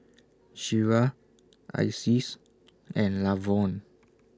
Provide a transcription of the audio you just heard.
Shira Isis and Lavonne